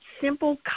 simple